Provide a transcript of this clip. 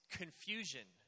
confusion